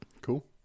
Cool